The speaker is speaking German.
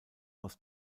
aus